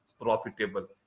profitable